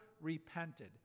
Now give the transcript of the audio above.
repented